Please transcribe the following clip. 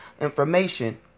information